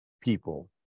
people